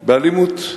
באלימות.